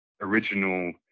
original